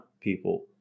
people